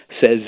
says